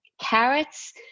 carrots